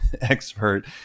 expert